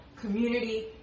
community